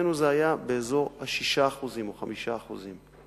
ואצלנו זה היה באזור ה-5% או 6% חמישית.